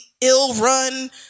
ill-run